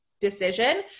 decision